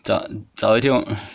找找一天我